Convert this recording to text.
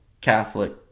catholic